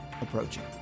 approaching